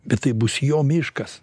bet tai bus jo miškas